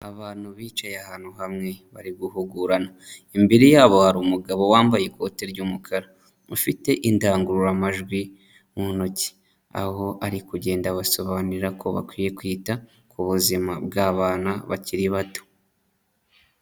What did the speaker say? Abantu bicaye ahantu hamwe, bari guhugurana, imbere yabo hari umugabo wambaye ikoti ry'umukara, ufite indangururamajwi mu ntoki, aho ari kugenda abasobanurira ko bakwiye kwita ku buzima bw'abana bakiri bato.